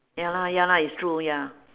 ya lah ya lah it's true ya